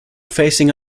facing